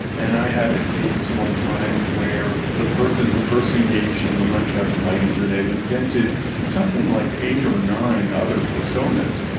and i had a case one time where the person who first engaged in the munchausen by internet invented something like eight or nine other personas,